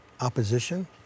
opposition